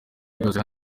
ahagaze